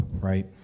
right